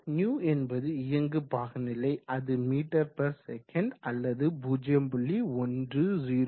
υ என்பது இயங்கு பாகுநிலை அது மீட்டர் பெர் செகண்ட் அல்லது 0